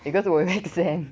because 我也 where to send